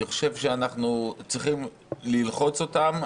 אני חושב שאנחנו צריכים ללחוץ אותם,